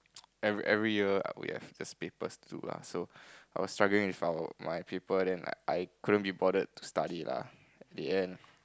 every every year we have these papers to do lah so I was struggling with our my paper then I couldn't be bothered to study lah in the end